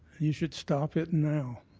you should stop it now.